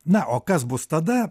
na o kas bus tada